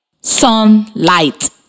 Sunlight